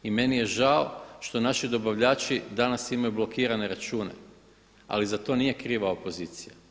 I meni je žao što naši dobavljači danas imaju blokirane račune ali za to nije kriva opozicija.